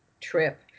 trip